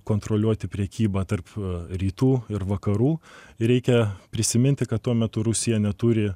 kontroliuoti prekybą tarp rytų ir vakarų reikia prisiminti kad tuo metu rusija neturi